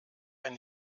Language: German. ein